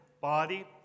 body